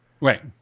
Right